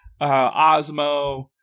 Osmo